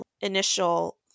initial